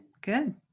good